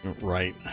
right